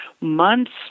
months